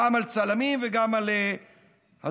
הפעם על צלמים וגם על הדובר.